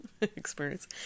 experience